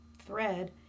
thread